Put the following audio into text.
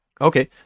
Okay